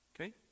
okay